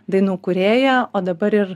dainų kūrėją o dabar ir